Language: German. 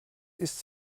ist